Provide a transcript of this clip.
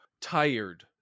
tired